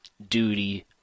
duty